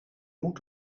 moet